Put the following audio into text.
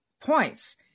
points